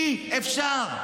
אי-אפשר.